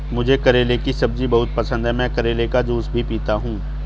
मुझे करेले की सब्जी बहुत पसंद है, मैं करेले का जूस भी पीता हूं